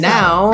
now